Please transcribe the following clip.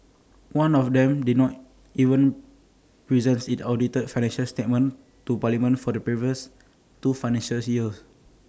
one of them did not even present its audited financial statements to parliament for the previous two financial years